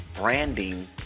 branding